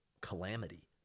calamity